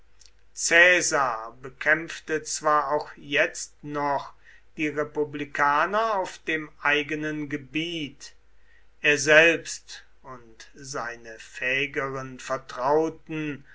caesar bekämpfte zwar auch jetzt noch die republikaner auf dem eigenen gebiet er selbst und seine fähigeren vertrauten